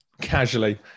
casually